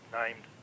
named